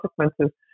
consequences